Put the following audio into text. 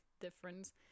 difference